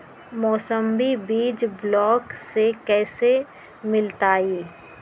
मौसमी बीज ब्लॉक से कैसे मिलताई?